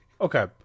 Okay